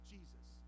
Jesus